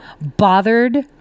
bothered